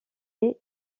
est